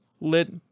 lit